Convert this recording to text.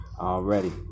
Already